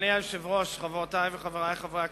אדוני היושב-ראש, חברותי וחברי חברי הכנסת,